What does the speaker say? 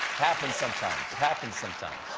happens sometimes. it happens sometimes.